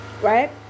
Right